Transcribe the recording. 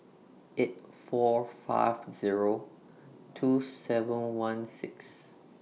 eight four five Zero two seven one six